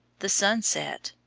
the sun set,